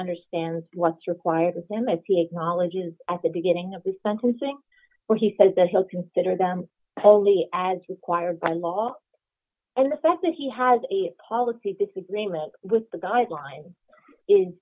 understands what's required of him as he acknowledges at the beginning of the sentencing where he says that he'll consider them only as required by law and the fact that he has a policy disagreement with the guidelines is